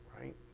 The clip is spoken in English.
right